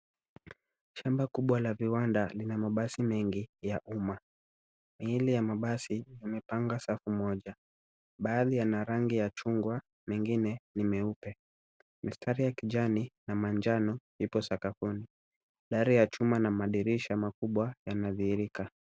Shamba kubwa la viwanda lina mabasi mengi ya umma. Miili ya mabasi yamepanga safu moja. Baadhi yana rangi ya chungwa, mengine ni meupe. Mistari ya kijani na manjano ipo sakafuni. Gari ya chuma na madirisha makubwa yanadhihirika.